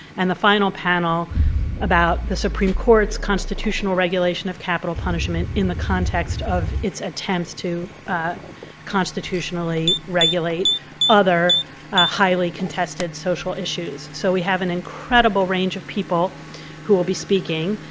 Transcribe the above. and the final panel about the supreme court's constitutional regulation of capital punishment in the context of its attempts to constitutionally regulate other highly contested social issues. so we have an incredible range of people who will be speaking.